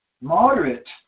moderate